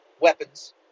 weapons